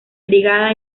brigada